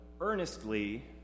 earnestly